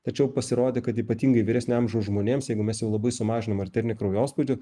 tačiau pasirodė kad ypatingai vyresnio amžiaus žmonėms jeigu mes jau labai sumažinamam arterinį kraujospūdį